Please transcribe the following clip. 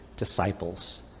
disciples